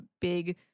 big